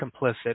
complicit